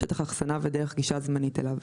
שטח אחסנה ודרך גישה זמנית אליו,